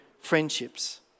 friendships